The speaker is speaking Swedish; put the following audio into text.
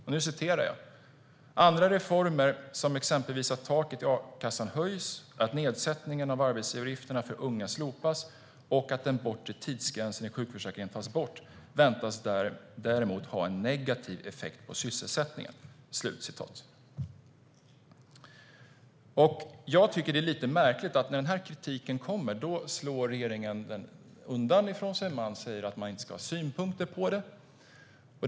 Där skriver man: "Andra reformer, som exempelvis att taket i a-kassan höjs, att nedsättningen av arbetsgivaravgifter för unga slopas och att den bortre gränsen i sjukförsäkringen tas bort, väntas däremot ha en negativ effekt på sysselsättningen." Jag tycker att det är lite märkligt att när denna kritik kommer slår regeringen den ifrån sig. Regeringen säger att man inte ska ha synpunkter på detta.